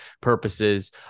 purposes